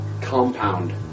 compound